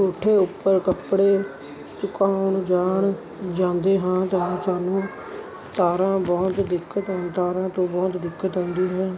ਕੋਠੇ ਉੱਪਰ ਕੱਪੜੇ ਸੁਕਾਉਣ ਜਾਣ ਜਾਂਦੇ ਹਾਂ ਤਾਂ ਸਾਨੂੰ ਤਾਰਾਂ ਬਹੁਤ ਦਿੱਕਤ ਤਾਰਾਂ ਤੋਂ ਬਹੁਤ ਦਿੱਕਤ ਆਉਂਦੀ ਹੈ